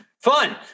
Fun